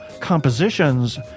compositions